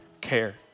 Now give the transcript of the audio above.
care